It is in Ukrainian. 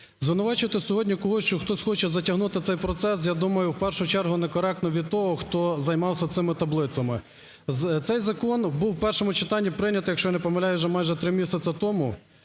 Звинувачувати сьогодні когось, що хтось хоче затягнути цей процес, я думаю, в першу чергу некоректно від того, хто займався цими таблицями. Цей закон був в першому читанні прийнятий, якщо я не помиляюсь, вже майже 3 місяці тому.